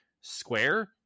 Square